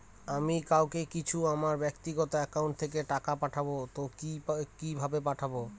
আমি কাউকে কিছু আমার ব্যাক্তিগত একাউন্ট থেকে টাকা পাঠাবো তো কিভাবে পাঠাবো?